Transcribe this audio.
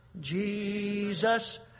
Jesus